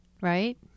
right